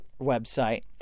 website